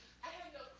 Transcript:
and